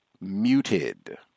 muted